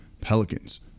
Pelicans